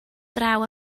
draw